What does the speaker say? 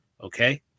Okay